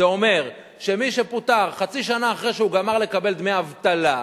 זה אומר שמי שפוטר חצי שנה אחרי שהוא גמר לקבל דמי אבטלה,